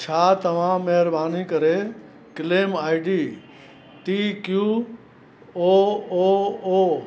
छा तव्हां महिरबानी करे क्लेम आई डी ती क्यू ओ ओ ओ